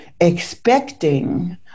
expecting